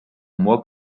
moi